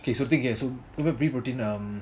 okay so என்போமே:epomey pea protein